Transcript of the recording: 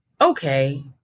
okay